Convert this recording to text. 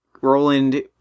Roland